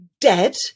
dead